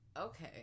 Okay